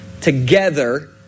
together